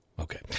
Okay